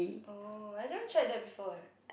oh I never tried that before eh